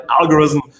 algorithm